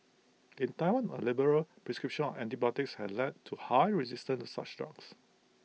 in Taiwan A liberal prescription of antibiotics has led to high resistance to such drugs